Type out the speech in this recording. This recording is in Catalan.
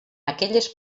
aquelles